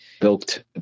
built